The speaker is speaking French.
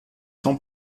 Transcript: sans